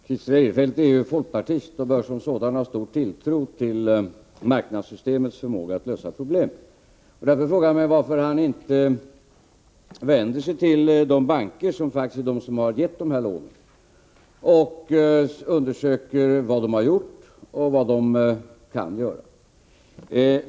Herr talman! Christer Eirefelt är ju folkpartist och bör som sådan ha stor tilltro till marknadssystemets förmåga att lösa problem. Därför frågar jag mig varför han inte vänder sig till de banker som faktiskt gett dessa lån och undersöker vad de har gjort och vad de kan göra.